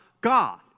God